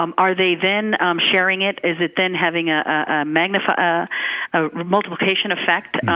um are they then sharing it? is it then having a ah ah ah multiplication effect?